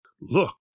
look